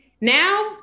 Now